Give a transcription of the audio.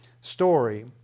story